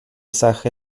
sache